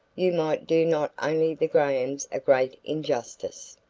you might do not only the grahams a great injustice,